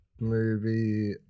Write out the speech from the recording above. movie